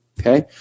okay